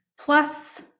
plus